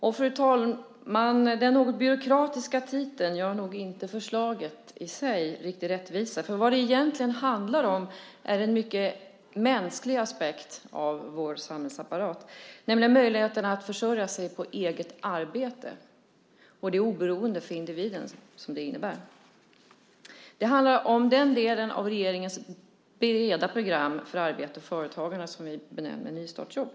Den något byråkratiska titeln, fru talman, gör nog inte förslaget i sig riktig rättvisa. Vad det egentligen handlar om är en mycket mänsklig aspekt av vår samhällsapparat, nämligen möjligheten att försörja sig på eget arbete och det oberoende för individen som detta innebär. Det handlar om den del av regeringens breda program för arbete och företagande som vi benämner nystartsjobb.